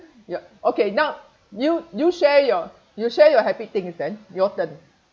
ya okay now you you share your you share your happy things then your turn